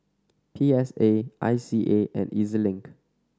P S A I C A and E Z Link